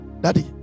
daddy